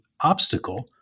obstacle